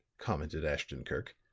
commented ashton-kirk.